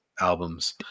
albums